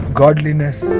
godliness